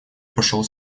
пошел